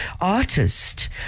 artist